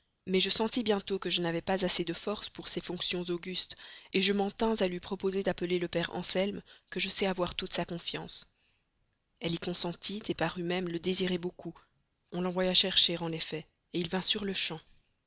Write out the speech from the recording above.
mais je sentis bientôt que je n'avais pas assez de force pour ces fonctions augustes je m'en tins à lui proposer d'appeler le père anselme que je sais avoir toute sa confiance elle y consentit parut même le désirer beaucoup on l'envoya chercher en effet il vint sur-le-champ